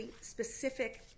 specific